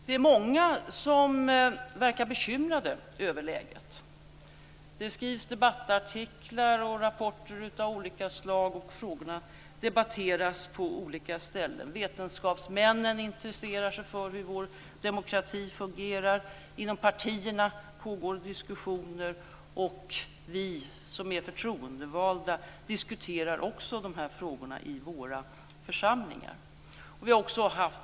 Det är många som verkar bekymrade över läget. Det skrivs debattartiklar och rapporter av olika slag, och frågorna debatteras på olika ställen. Vetenskapsmännen intresserar sig för hur vår demokrati fungerar. Inom partierna pågår diskussioner. Vi som är förtroendevalda diskuterar också de här frågorna i våra församlingar.